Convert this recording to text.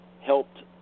helped